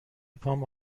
پام